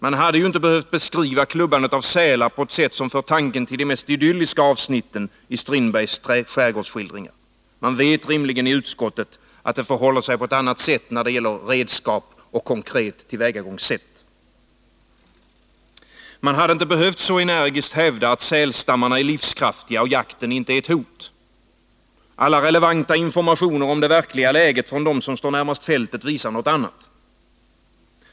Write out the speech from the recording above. Man hade inte behövt beskriva klubbandet av sälar på ett sätt som för tanken till de mest idylliska avsnitten i Strindbergs skärgårdsskildringar. Man vet rimligen i utskottet att det förhåller sig på ett annat sätt i fråga om redskap och konkreta tillvägagångssätt. Man hade inte behövt så energiskt hävda att sälstammarna är livskraftiga och att jakten inte är ett hot. Alla relevanta informationer om det verkliga läget från dem som står närmast fältet visar något annat.